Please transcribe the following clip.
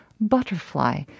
Butterfly